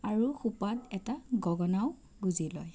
আৰু খোপাত এটা গগনাও গুজি লয়